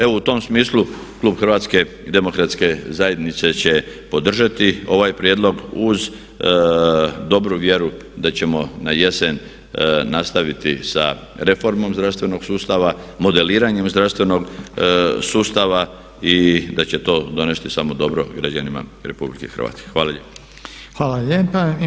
Evo u tom smislu klub Hrvatske demokratske zajednice će podržati ovaj prijedlog uz dobru vjeru da ćemo na jesen nastaviti sa reformom zdravstvenog sustava, modeliranjem zdravstvenog sustava i da će to donijeti samo dobro građanima RH.